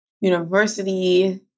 university